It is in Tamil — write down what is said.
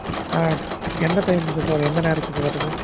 ஆ எந்த டைமுக்கு சார் எந்த நேரத்துக்கு வர்றது